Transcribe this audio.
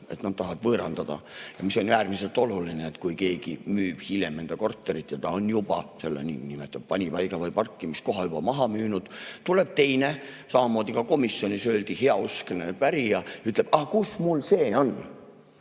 et nad tahavad võõrandada ... Ja see on äärmiselt oluline, kui keegi müüb hiljem enda korterit ja ta on juba selle niinimetatud panipaiga või parkimiskoha maha müünud, tuleb teine – samamoodi nagu komisjonis öeldi – heauskne pärija, ütleb: "Aga kus mul see on?"